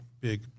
big